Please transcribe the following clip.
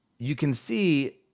you can see,